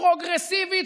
פרוגרסיבית,